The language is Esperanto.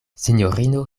sinjorino